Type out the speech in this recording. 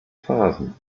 phasen